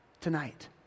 tonight